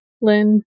Lynn